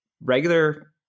regular